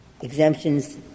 Exemptions